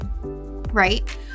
right